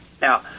Now